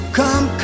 come